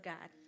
God